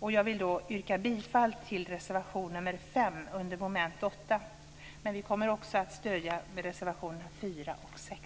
Jag vill yrka bifall till reservation 5 under mom. 8. Vi kommer också att stödja reservationerna 4 och 6.